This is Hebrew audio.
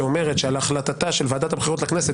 שאומרת שעל החלטתה של ועדת הבחירות לכנסת,